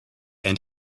and